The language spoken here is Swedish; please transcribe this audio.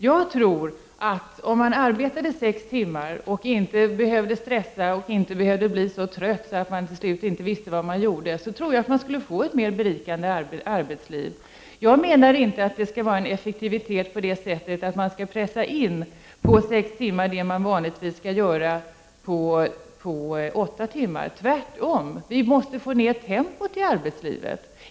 Jag tror att man, om man arbetade sex timmar och inte behövde stressa och inte behövde bli så trött att man till slut inte vet vad man gör, skulle få ett mer berikande arbetsliv. Jag menar inte att det skall vara effektivitet på det sättet att man skall pressa in på sex timmar vad man vanligtvis gör på åtta timmar. Tvärtom måste vi få ned tempot i arbetslivet.